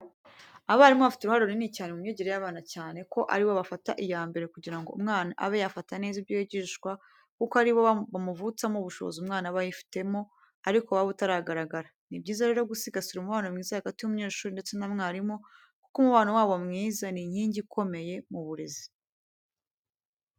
Abarimu bafite uruhare runini cyane mu myigire y'abana cyane ko ari bo bafata iya mbere kugira ngo umwana abe yafata neza ibyo yigishwa kuko ari bo bamuvutsamo ubushobozi umwana aba yifitemo ariko buba butaragaragara. Ni byiza rero gusigasira umubano mwiza hagati y'umunyeshuri ndetse na mwarimu kuko umubano wabo mwiza ni inkingi ikomeye mu burezi.